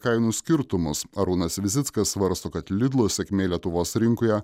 kainų skirtumus arūnas visickas svarsto kad lidl sėkmė lietuvos rinkoje